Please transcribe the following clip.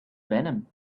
venom